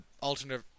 alternate